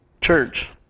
Church